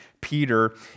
Peter